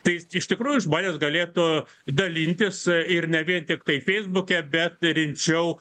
tai iš tikrųjų žmonės galėtų dalintis ir ne vien tiktai feisbuke bet rinčiau